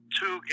two